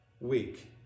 week